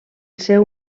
seu